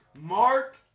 Mark